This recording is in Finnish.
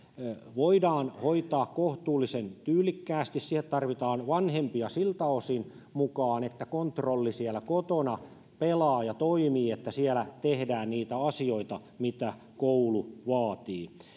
voidaan hoitaa kohtuullisen tyylikkäästi siihen tarvitaan vanhempia mukaan siltä osin että kontrolli siellä kotona pelaa ja toimii että siellä tehdään niitä asioita mitä koulu vaatii